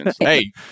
Hey